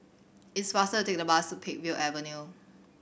it's faster to take the bus to Peakville Avenue